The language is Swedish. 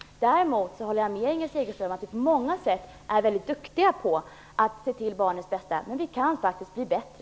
Däremot håller jag med Inger Segelström om att vi på många sätt är väldigt duktiga på att se till barnens bästa, men vi kan faktiskt bli bättre.